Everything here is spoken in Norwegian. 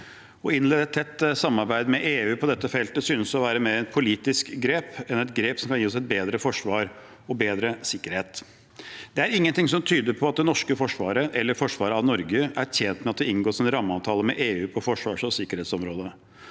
Å innlede et tett samarbeid med EU på dette feltet synes å være mer et politisk grep enn et grep som kan gi oss et bedre forsvar og bedre sikkerhet. Det er ingenting som tyder på at det norske forsvaret, eller forsvaret av Norge, er tjent med at det inngås en rammeavtale med EU på forsvars- og sikkerhetsområdet.